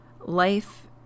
life